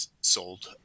sold